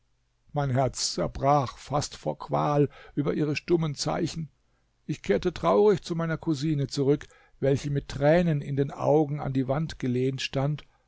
mein herz zerbrach fast vor qual über ihre stummen zeichen ich kehrte traurig zu meiner cousine zurück welche mit tränen in den augen an die wand gelehnt stand